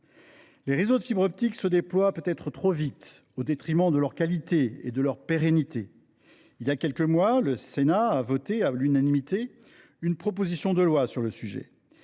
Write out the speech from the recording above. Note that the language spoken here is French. Les réseaux de fibre optique se déploient peut être trop vite, au détriment de leur qualité et de leur pérennité. Il y a quelques mois, le Sénat a voté à l’unanimité ma proposition de loi sur le sujet.